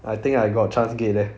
I think I got chance get eh